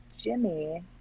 Jimmy